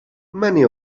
many